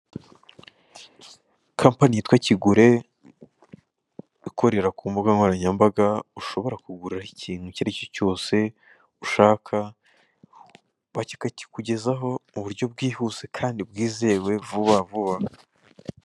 Kampani yitwa kigure ikorera ku mbugankoranyambaga, ushobora kuguriraho ikintu cyose ushaka bakakikugezaho mu buryo bwihuse kandi bwizewe vuba vuba.